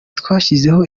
twashyizeho